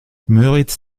müritz